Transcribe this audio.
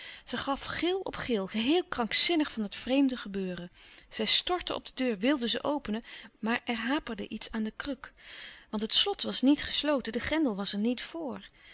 zij gaf gil op gil geheel krankzinnig van het vreemde gebeuren zij stortte op de deur wilde ze openen maar er haper de iets aan den kruk want het slot was niet gesloten de grendel was er niet voor